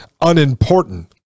unimportant